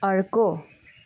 अर्को